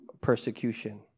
persecution